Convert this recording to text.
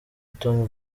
tom